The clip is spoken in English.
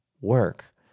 work